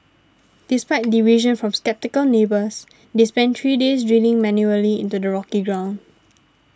despite derision from sceptical neighbours they spent three days drilling manually into the rocky ground